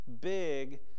big